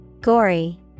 Gory